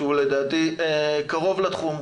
שהוא לדעתי קרוב לתחום,